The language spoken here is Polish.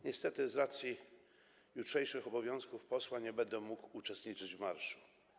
Niestety, z racji jutrzejszych obowiązków posła nie będę mógł uczestniczyć w marszu.